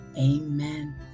Amen